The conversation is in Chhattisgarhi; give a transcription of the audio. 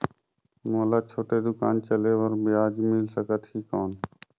मोला छोटे दुकान चले बर ब्याज मिल सकत ही कौन?